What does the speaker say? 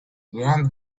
ground